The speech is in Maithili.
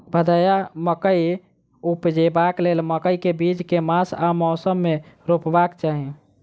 भदैया मकई उपजेबाक लेल मकई केँ बीज केँ मास आ मौसम मे रोपबाक चाहि?